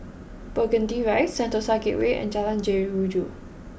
Burgundy Rise Sentosa Gateway and Jalan Jeruju